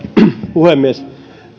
puhemies